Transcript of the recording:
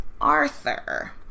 Arthur